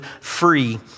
free